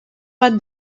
bat